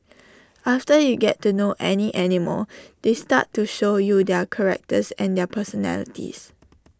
after you get to know any animal they start to show you their characters and their personalities